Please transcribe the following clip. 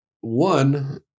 One